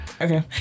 Okay